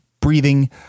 breathing